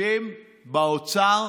התקציבים באוצר: